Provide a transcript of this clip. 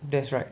that's right